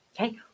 Okay